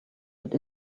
but